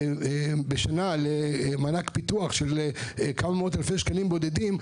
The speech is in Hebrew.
בשנה למענק פיתוח של כמה מאות אלפי שקלים בודדים,